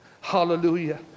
Hallelujah